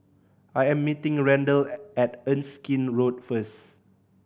I am meeting Randell at Erskine Road first